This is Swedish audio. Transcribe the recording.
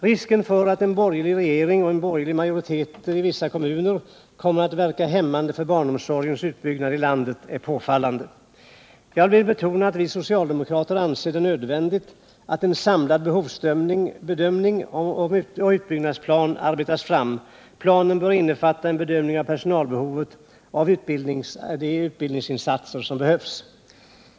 Risken för att en borgerlig regering och borgerliga majoriteter i vissa kommuner kommer att verka hämmande på barnomsorgens utbyggnad i landet är påfallande. Jag vill betona att vi socialdemokrater anser det nödvändigt att en samlad behovsbedömning och utbyggnadsplan arbetas fram. Planen bör innefatta en bedömning av personalbehovet och de utbildningsinsatser som behövs.